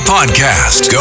Podcast